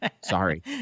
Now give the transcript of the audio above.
sorry